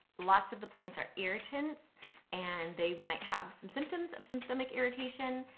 lots of the plants are irritants and they might have some symptoms of some stomach irritation,